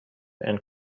and